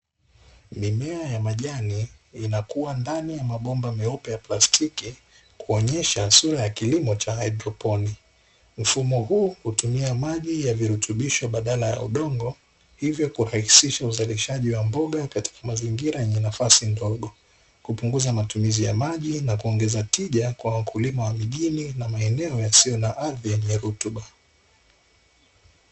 Mimea ya majani inakuwa ndani ya mabomba meupe ya plastiki kuonyesha sura ya kilimo cha haidroponi. Mfumo huu hutumia maji ya virutubisho badala ya udogo hivyo kurahisisha uzalishaji wa mboga katika mazingira yenye nafasi ndogo, kupunguza matumizi ya maji na kuongeza tija kwa wakulima wa mjini na maeneo yasiyo na ardhi yenye rutuba.